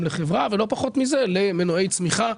לחברה ולמנועי צמיחה,